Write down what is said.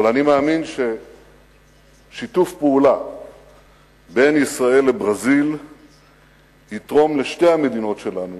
אבל אני מאמין ששיתוף פעולה בין ישראל לברזיל יתרום לשתי המדינות שלנו